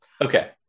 Okay